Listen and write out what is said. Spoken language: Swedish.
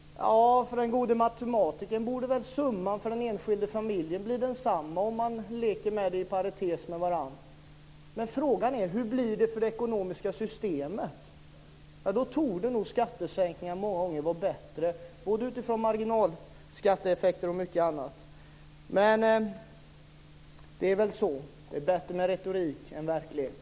För den gode matematikern borde väl summan för den enskilde familjen bli densamma. Frågan är hur det blir för det ekonomiska systemet. Då torde skattesänkningar många gånger vara bättre, både med marginalskatteeffekter och mycket annat. Det är väl bättre med retorik än verklighet.